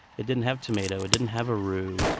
it didn't have tomato, it didn't have a roux,